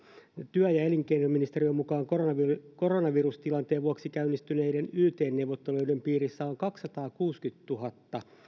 työ ja elinkeinoministeriön mukaan koronavirustilanteen vuoksi käynnistyneiden yt neuvotteluiden piirissä on kaksisataakuusikymmentätuhatta